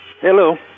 Hello